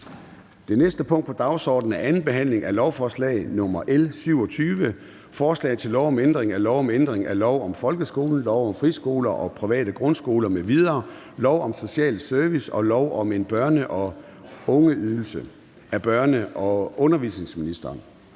Det næste punkt på dagsordenen er: 7) 2. behandling af lovforslag nr. L 27: Forslag til lov om ændring af lov om ændring af lov om folkeskolen, lov om friskoler og private grundskoler m.v., lov om social service og lov om en børne- og ungeydelse. (Udskydelse af revisionsbestemmelse).